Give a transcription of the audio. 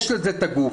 יש לו את הגוף,